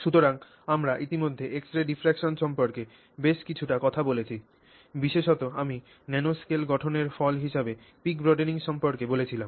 সুতরাং আমরা ইতিমধ্যে X ray diffraction সম্পর্কে বেশ কিছুটা কথা বলেছি বিশেষত আমি ন্যানোস্কেল গঠনের ফল হিসাবে peak broadening সম্পর্কে বলেছিলাম